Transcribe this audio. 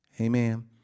Amen